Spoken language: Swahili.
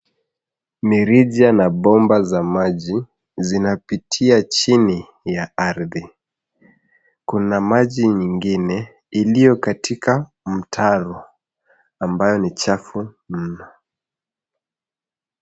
Mirija na bomba za maji zinapitia chini ya ardhi, kuna maji nyingine iliyo katika mtaro ambayo ni chafu mno.